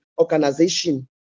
Organization